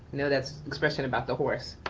know that's expression about the horse,